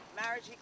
marriage